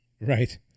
Right